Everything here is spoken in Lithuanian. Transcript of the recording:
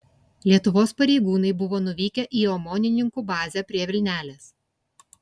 lietuvos pareigūnai buvo nuvykę į omonininkų bazę prie vilnelės